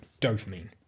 dopamine